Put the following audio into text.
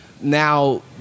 now